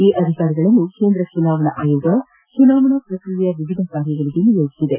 ಈ ಅಧಿಕಾರಿಗಳನ್ನು ಕೇಂದ್ರ ಚುನಾವಣಾ ಆಯೋಗವು ಚುನಾವಣಾ ಪ್ರಕ್ರಿಯೆಯ ವಿವಿಧ ಕಾರ್ಯಗಳಿಗೆ ನಿಯೋಜಿಸಿದೆ